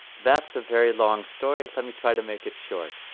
that's a very long story. let me try to make it short.